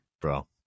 Bro